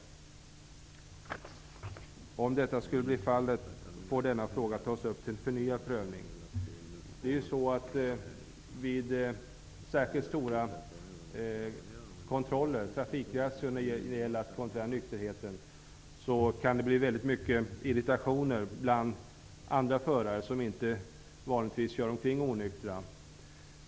Om detta skulle bli fallet får denna fråga tas upp till förnyad prövning.'' Vid särskilt omfattande kontroller, trafikrazzior när det gäller att kontrollera nykterheten, kan det uppstå väldigt mycket irritation bland andra förare som inte kör omkring onyktra.